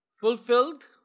fulfilled